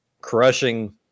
crushing